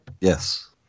Yes